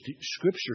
scripture